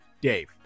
dave